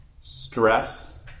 stress